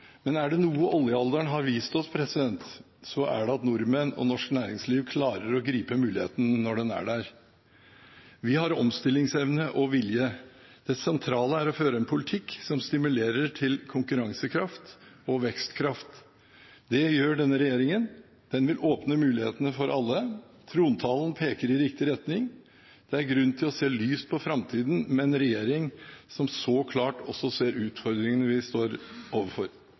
men er det noe oljealderen har vist oss, er det at nordmenn og norsk næringsliv klarer å gripe muligheten når den er der. Vi har omstillingsevne og vilje. Det sentrale er å føre en politikk som stimulerer til konkurransekraft og vekstkraft. Det gjør denne regjeringen. Den vil åpne mulighetene for alle. Trontalen peker i riktig retning. Det er grunn til å se lyst på framtida med en regjering som så klart ser utfordringene vi står overfor.